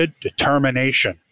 determination